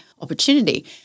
opportunity